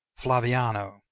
Flaviano